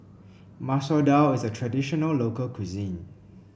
Masoor Dal is a traditional local cuisine